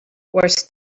worse